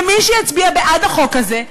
ומי שיצביע בעד החוק הזה,